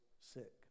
sick